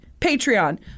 Patreon